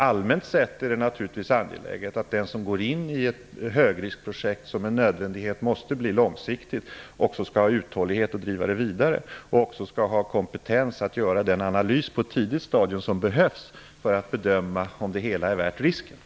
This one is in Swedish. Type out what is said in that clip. Allmänt sett är det naturligtvis angeläget att den som går in i ett högriskprojekt, som med nödvändighet måste bli långsiktigt, också skall ha uthållighet att driva det vidare samt också skall ha kompetens att på ett tidigt stadium göra den analys som behövs för att bedöma om det är värt risken.